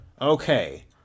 Okay